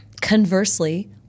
Conversely